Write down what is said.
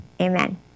Amen